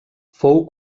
fou